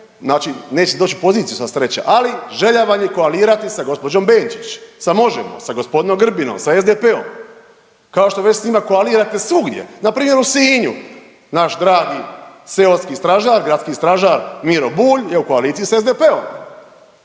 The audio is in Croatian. znači neće doći u poziciju sva sreća. Ali želja vam je koalirati sa gospođom Benčić, sa MOŽEMO, sa gospodinom Grbinom, sa SDP-om kao što već sa njima koalirate svugdje, na primjer u Sinju. Naš dragi seoski stražar, gradski stražar Miro Bulj je u koaliciji sa SDP-om